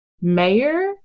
mayor